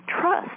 trust